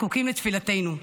זקוקים לתפילתנו.